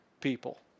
people